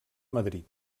madrid